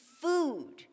food